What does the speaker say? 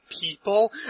people